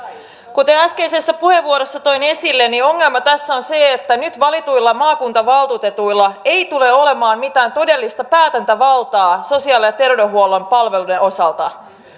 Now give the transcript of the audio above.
kuten äskeisessä puheenvuorossa toin esille ongelma tässä on se että nyt valituilla maakuntavaltuutetuilla ei tule olemaan mitään todellista päätäntävaltaa sosiaali ja terveydenhuollon palveluiden osalta